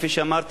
כפי שאמרתי,